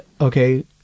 okay